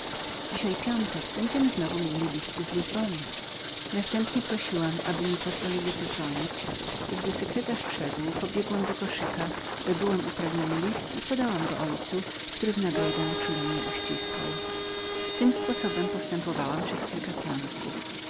dzisiaj piątek będziemy znowu mieli listy z lizbony następnie prosiłam aby mi pozwolił zadzwonić i gdy sekretarz wszedł pobiegłam do koszyka dobyłam upragniony list i podałam go memu ojcu który w nagrodę czule mnie uściskał tym sposobem postępowałam przez kilka piątków